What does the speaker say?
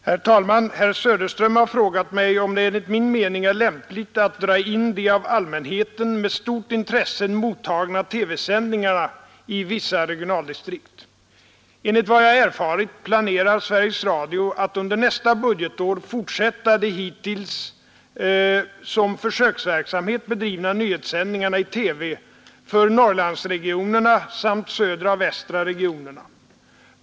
Herr talman! Herr Söderström har frågat mig om det enligt min mening är lämpligt att dra in de av allmänheten med stort intresse mottagna TV-sändningarna i vissa regionaldistrikt. Enligt vad jag har erfarit planerar Sveriges Radio att under nästa budgetår fortsätta de hittills som försöksverksamhet bedrivna nyhetssändningarna i TV för Norrlandsregionerna samt Södra och Västra regionerna.